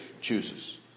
chooses